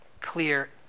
clear